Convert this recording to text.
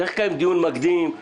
צריך לקיים דיון מקדים,